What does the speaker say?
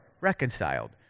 reconciled